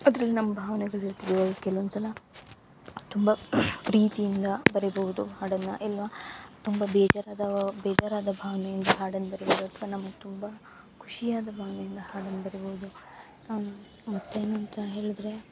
ಅದ್ರಲ್ಲಿ ನಮ್ಮ ಭಾವನೆಗಳು ಇರುತ್ತದೆ ಕೆಲ್ವೊಂದು ಸಲ ತುಂಬ ಪ್ರೀತಿಯಿಂದ ಬರಿಬೋದು ಹಾಡನ್ನ ಇಲ್ಲವಾ ತುಂಬ ಬೇಜಾರ್ ಆದಾವ ಬೇಜಾರಾದ ಭಾವನೆಯಿಂದ ಹಾಡನ್ನ ಬರಿಬೋದು ಅಥ್ವ ನಮ್ಗೆ ತುಂಬ ಖುಷಿಯಾದ ಭಾವ್ನೆಯಿಂದ ಹಾಡನ್ನ ಬರಿಬೋದು ಮತ್ತು ಏನು ಅಂತ ಹೇಳಿದ್ರೆ